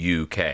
UK